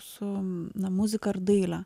su na muzika ir daile